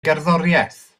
gerddoriaeth